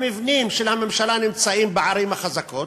המבנים של הממשלה נמצאים בערים החזקות.